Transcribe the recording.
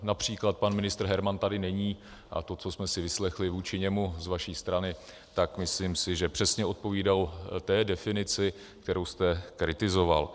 Například pan ministr Herman tady není, a to, co jsme si vyslechli vůči němu z vaší strany, tak myslím si, že přesně odpovídalo té definici, kterou jste kritizoval.